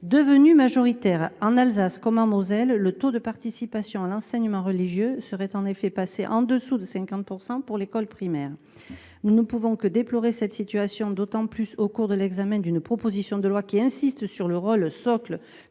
Devenus majoritaires en Alsace comme en Moselle, le taux de participation à l'enseignement religieux serait en effet passé en dessous de 50% pour l'école primaire. Nous ne pouvons que déplorer cette situation d'autant plus au cours de l'examen d'une proposition de loi qui insiste sur le rôle socle